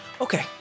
Okay